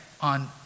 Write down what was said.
on